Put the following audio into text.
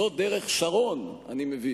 זאת דרך שרון, אני מבין.